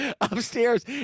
upstairs